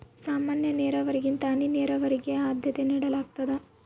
ಸಾಮಾನ್ಯ ನೇರಾವರಿಗಿಂತ ಹನಿ ನೇರಾವರಿಗೆ ಆದ್ಯತೆ ನೇಡಲಾಗ್ತದ